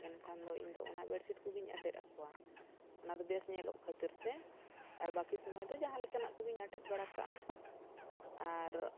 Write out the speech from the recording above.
ᱮᱱᱠᱷᱟᱱ ᱫᱚ ᱤᱧᱫᱚ ᱚᱱᱟ ᱵᱮᱰᱥᱤᱴ ᱠᱚᱜᱮᱧ ᱟᱴᱮᱫ ᱟᱠᱚᱣᱟ ᱚᱱᱟᱫᱚ ᱵᱮᱥ ᱧᱮᱞᱚᱜ ᱠᱷᱟᱹᱛᱤᱨ ᱛᱮ ᱟᱨ ᱵᱟᱹᱠᱤ ᱥᱚᱢᱚᱭ ᱫᱚ ᱡᱟᱦᱟᱸ ᱞᱮᱠᱟᱱᱟᱜ ᱠᱚᱜᱮᱧ ᱟᱴᱮᱫ ᱵᱟᱲᱟ ᱠᱟᱜᱼᱟ ᱟᱨ